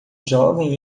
jovem